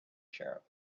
sheriff